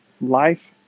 life